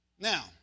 Now